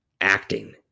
acting